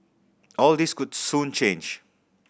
all this could soon change